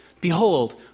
Behold